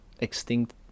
extinct